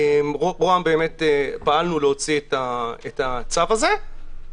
פעלנו להוציא את הצו הזה,